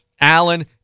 Allen